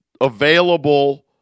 available